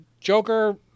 Joker